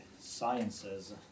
sciences